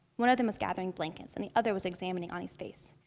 one of them was gathering blankets and the other was examining anie's face.